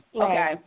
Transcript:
Okay